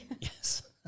Yes